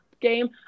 game